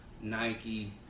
Nike